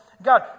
God